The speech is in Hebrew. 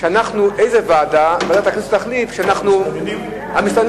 איזו ועדה, ועדת הכנסת תחליט, המסתננים.